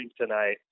tonight